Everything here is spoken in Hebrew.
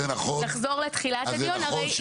לחזור לתחילת הדיון.